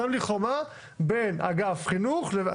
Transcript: שם לי חומה בין אגף החינוך לבין אגף הארנונה.